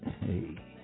Hey